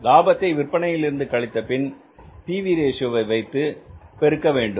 லாபத்தை விற்பனையில் இருந்து கழித்தபின் P V ratio PV Ratio வைத்து பெருகவேண்டும்